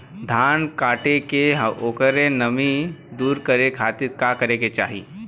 धान कांटेके ओकर नमी दूर करे खाती का करे के चाही?